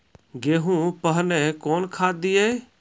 गेहूँ पहने कौन खाद दिए?